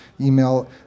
email